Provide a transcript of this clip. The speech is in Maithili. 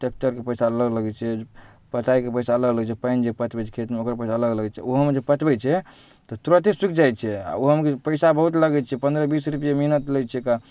ट्रैक्टरके पइसा अलग लगै छै पटाइके पइसा अलग लगै छै पानि जे पटबै छै खेतमे ओकर पइसा अलग लगै छै ओहूमे जे पटबै छै तऽ तुरन्ते सुखि जाइ छै आओर ओहूमे कि पइसा बहुत लगै छै पनरह बीस रुपैए मेहनति लै छै कऽ